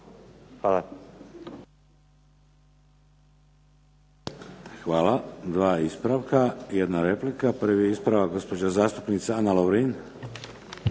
Hvala.